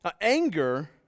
Anger